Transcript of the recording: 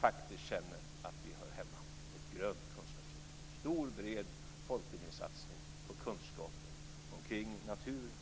faktiskt känner att vi hör hemma. Det ska bli ett grönt kunskapslyft, en stor bred folkbildningssatsning på kunskaper om natur och miljö.